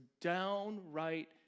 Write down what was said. downright